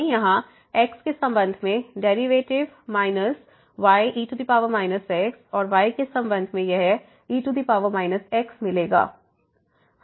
हमें यहां x के संबंध में derivative minus y e x और y के संबंध में यह e x मिला